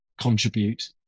contribute